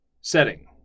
setting